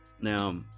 Now